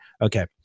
Okay